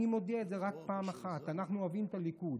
אני מודיע את זה רק פעם אחת: אנחנו אוהבים את הליכוד.